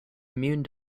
immune